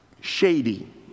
shady